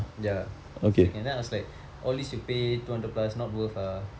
ya second then I was like all this you pay two hundred plus not worth ah